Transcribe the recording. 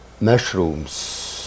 mushrooms